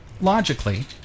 logically